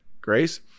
Grace